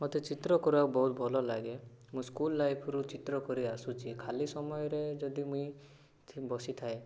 ମୋତେ ଚିତ୍ର କରିବାକୁ ବହୁତ ଭଲଲାଗେ ମୁଁ ସ୍କୁଲ ଲାଇଫରୁ ଚିତ୍ରକରି ଆସୁଛି ଖାଲି ସମୟରେ ଯଦି ମୁଁଇ ବସିଥାଏ